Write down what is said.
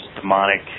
demonic